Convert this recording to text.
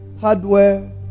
hardware